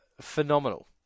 phenomenal